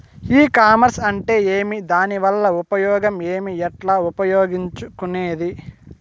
ఈ కామర్స్ అంటే ఏమి దానివల్ల ఉపయోగం ఏమి, ఎట్లా ఉపయోగించుకునేది?